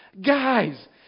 guys